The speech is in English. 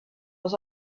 was